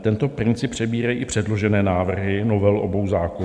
Tento princip přebírají i předložené návrhy novel obou zákonů.